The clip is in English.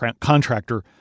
contractor